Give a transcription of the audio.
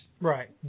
Right